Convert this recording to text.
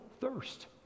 thirst